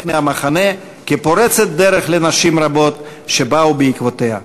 המחנה כפורצת דרך לנשים רבות שבאו בעקבותיה".